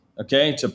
Okay